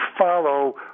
follow